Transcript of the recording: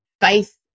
faith